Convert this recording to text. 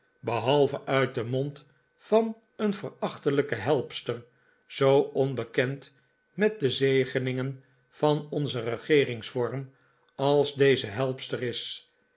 behalve uit den mond van een verachtelijke helpster zoo onbekend met de zegeningen van onzen regeeringsvorm als deze helpster is